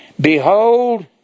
Behold